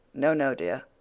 no, no, dear.